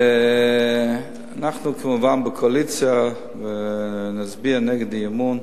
אנחנו, כמובן, בקואליציה נצביע נגד האי-אמון,